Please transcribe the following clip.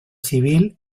civil